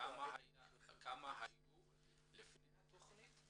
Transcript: כמה היו לפני התכנית,